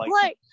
play